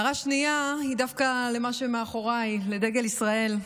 הערה שנייה היא דווקא למה שמאחוריי, לדגל ישראל,